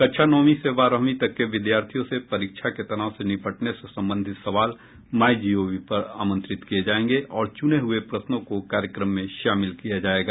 कक्षा नौवीं से बारहवीं तक के विद्यार्थियों से परीक्षा के तनाव से निपटने से संबंधित सवाल माईजीओवी पर आमंत्रित किए जाएंगे और चुने हुए प्रश्नों को कार्यक्रम में शामिल किया जाएगा